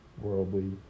worldly